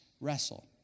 wrestle